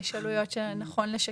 יש עלויות שנכון לשקף.